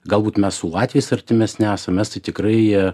galbūt mes su latviais artimesni esam estai tikrai jie